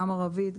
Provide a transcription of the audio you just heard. גם ערבית,